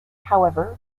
however